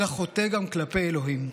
אלא חוטא גם כלפי אלוהים.